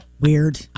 Weird